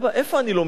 איפה אני לומדת?